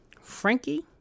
Frankie